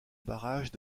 barrage